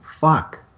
Fuck